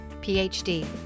PhD